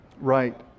right